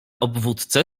obwódce